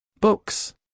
Books